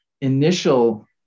initial